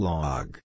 Log